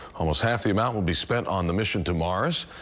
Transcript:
almost half the amount will be spent on the mission to mars,